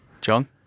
John